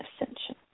ascension